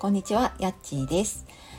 こんにちは、やっちーです。